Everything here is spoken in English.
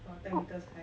!wah! ten metres high